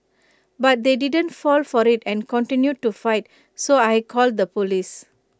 but they didn't fall for IT and continued to fight so I called the Police